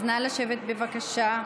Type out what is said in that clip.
אז נא לשבת, בבקשה.